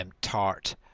Tart